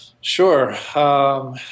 Sure